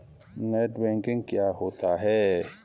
Net banking क्या होता है?